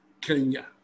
Kenya